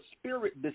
Spirit